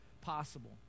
possible